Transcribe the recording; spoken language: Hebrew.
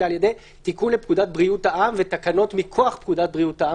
אלא על ידי תיקון לפקודת בריאות העם ותקנות מכוח פקודת בריאות העם,